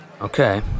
Okay